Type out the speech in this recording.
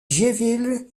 giéville